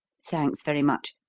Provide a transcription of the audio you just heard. thanks very much.